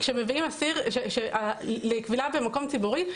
כשמביאים אסיר בכבילה למקום ציבורי,